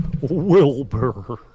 Wilbur